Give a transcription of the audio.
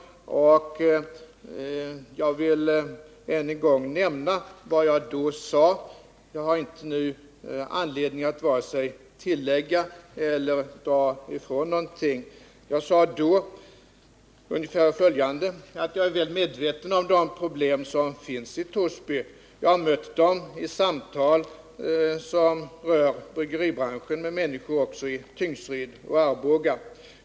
Beträffande det jag då anförde har jag ingen anledning att i dag vare sig tillägga eller dra ifrån någonting. Jag sade ungefär följande: Jag är väl medveten om de problem som finns i Torsby. Jag har mött dessa problem i samtal som just rör bryggeribranschen med människor även i Tingsryd och Arboga.